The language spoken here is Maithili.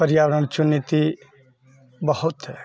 पर्यावरण चुनौती बहुत